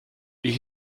ich